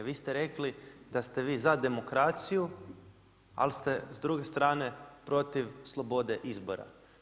Vi ste rekli da ste vi za demokraciju, ali ste s druge strane protiv slobode izbora.